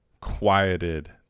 quieted